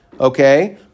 Okay